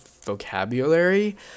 vocabulary